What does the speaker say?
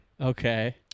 Okay